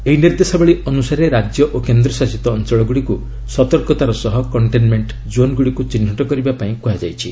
ଏହି ନିର୍ଦ୍ଦେଶାବଳୀ ଅନୁସାରେ ରାଜ୍ୟ ଓ କେନ୍ଦ୍ରଶାସିତ ଅଞ୍ଚଳଗୁଡ଼ିକୁ ସତର୍କତାର ସହ କଣ୍ଟେନ୍ମେଣ୍ଟ ଜୋନ୍ ଗୁଡ଼ିକୁ ଚିହ୍ନଟ କରିବାକୁ କୁହାଯାଇଛି